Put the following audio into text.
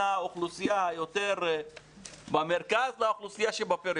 האוכלוסייה שיותר במרכז לעומת האוכלוסייה שבפריפריה.